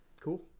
Cool